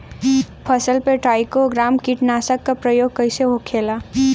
फसल पे trichogramma कीटनाशक के प्रयोग कइसे होखेला?